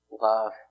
love